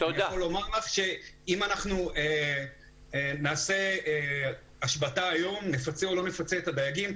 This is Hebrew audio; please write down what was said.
אני רוצה יכול לומר שאם נעשה השבתה היום ונפצה או לא נפצה את הדייגים,